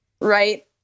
right